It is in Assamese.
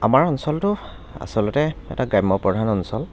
আমাৰ অঞ্চলটো আচলতে এটা গ্ৰাম্য় প্ৰধান অঞ্চল